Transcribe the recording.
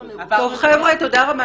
טוב, חבר'ה, תודה רבה.